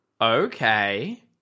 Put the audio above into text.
Okay